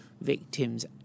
victims